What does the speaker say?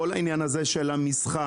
כל העניין הזה של המסחר,